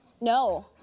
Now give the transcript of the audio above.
No